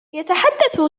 يتحدث